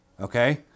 okay